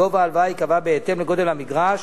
גובה ההלוואה ייקבע בהתאם לגודל המגרש,